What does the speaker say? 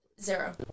zero